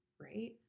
right